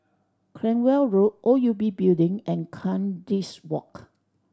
Cranwell Road O U B Building and Kandis Walk